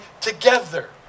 together